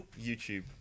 YouTube